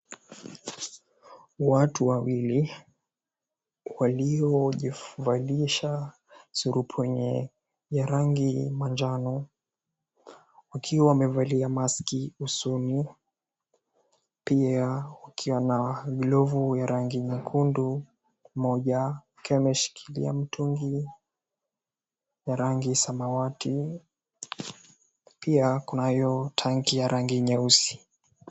Watu wawili waliojivalisha surupwenye ya rangi manjano wakiwa wamevalia maski usoni pia wakiwa na glovu ya rangi nyekundu mmoja akiwa ameshikilia mtungi ya rangi samawati pia kunayo tanki ya rangi nyeusi.